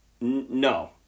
no